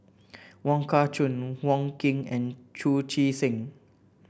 Wong Kah Chun Wong Keen and Chu Chee Seng